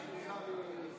אדוני היושב-ראש,